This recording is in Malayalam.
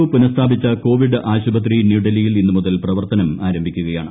ഒ പുനസ്ഥാപിച്ച കോവിഡ് ആശുപത്രി ന്യൂഡൽഹിയിൽ ഇന്ന് മുതൽ പ്രവർത്തനം ആരംഭിക്കുകയാണ്